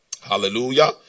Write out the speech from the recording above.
hallelujah